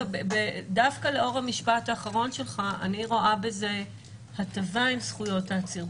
דווקא לאור המשפט האחרון שלך אני רואה בזה הטבה עם זכויות העציר,